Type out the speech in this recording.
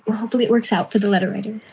hopefully it works out for the letter writer.